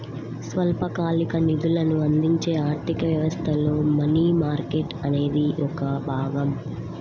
స్వల్పకాలిక నిధులను అందించే ఆర్థిక వ్యవస్థలో మనీ మార్కెట్ అనేది ఒక భాగం